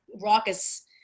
raucous